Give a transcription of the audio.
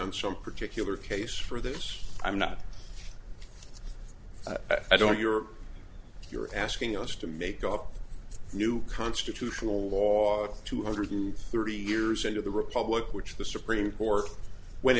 on some particular case for this i'm not i don't you're you're asking us to make up a new constitutional law two hundred thirty years into the republic which the supreme court when